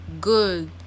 good